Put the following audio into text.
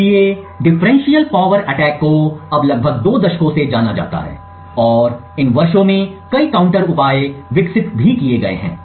इसलिए differential power attack को अब लगभग दो दशकों से जाना जाता है और इन वर्षों में कई काउंटर उपाय विकसित किए गए हैं